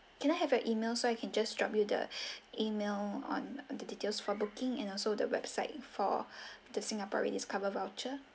can I have an email so I can just drop you the email on the details for booking and also the website for the singapore rediscover voucher